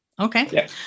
Okay